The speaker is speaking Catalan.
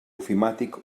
ofimàtic